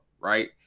right